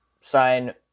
sign